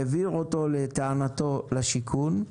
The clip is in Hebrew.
העביר אותו, לטענתו, לשיכון.